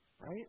Right